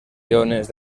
iones